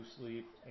sleep